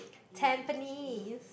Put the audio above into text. Tampines